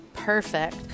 Perfect